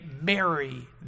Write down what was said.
marry